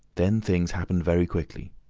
then things happened very quickly.